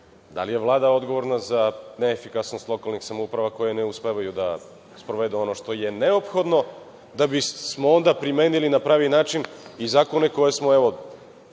da li je Vlada odgovorna za neefikasnost lokalnih samouprava koje ne uspevaju sprovedu ono što je neophodno da bismo onda primenili na pravi način i zakone koje smo, evo,